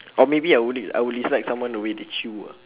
or maybe I would d~ I would dislike someone the way they chew ah